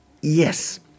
Yes